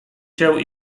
się